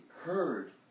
heard